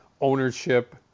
ownership